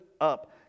up